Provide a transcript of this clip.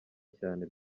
cyane